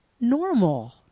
normal